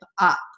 up